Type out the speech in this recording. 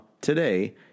today